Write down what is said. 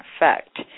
effect